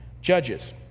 Judges